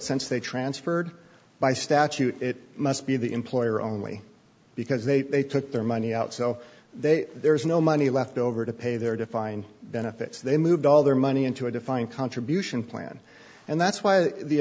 since they transferred by statute it must be the employer only because they took their money out so they there's no money left over to pay their define benefits they moved all their money into a defined contribution plan and that's why the